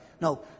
No